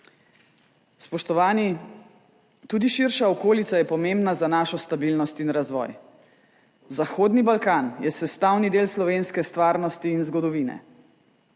Spoštovani, tudi širša okolica je pomembna za našo stabilnost in razvoj. Zahodni Balkan je sestavni del slovenske stvarnosti in zgodovine.